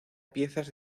piezas